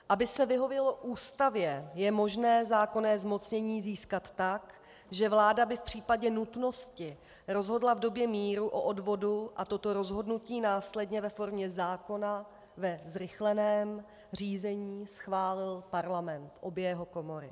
Aby se vyhovělo Ústavě, je možné zákonné zmocnění získat tak, že vláda by v případě nutnosti rozhodla v době míru o odvodu a toto rozhodnutí následně ve formě zákona ve zrychleném řízení schválil Parlament, obě jeho komory.